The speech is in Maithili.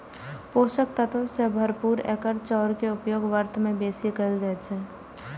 पोषक तत्व सं भरपूर एकर चाउर के उपयोग व्रत मे बेसी कैल जाइ छै